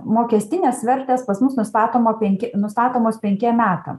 mokestinės vertės pas mus nustatoma penki nusakomos penkiem metam